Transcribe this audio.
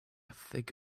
thick